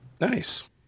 Nice